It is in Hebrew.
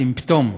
סימפטום.